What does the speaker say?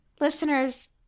Listeners